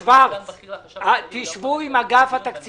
זו מבחינתנו הבעיה ברמת התקנות.